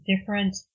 different